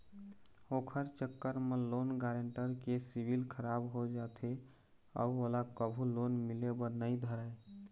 ओखर चक्कर म लोन गारेंटर के सिविल खराब हो जाथे अउ ओला कभू लोन मिले बर नइ धरय